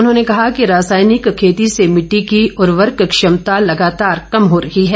उन्होंने कहा कि रासायनिक खेती से मिट्टी की उर्वरक क्षमता लगातार कम हो रही है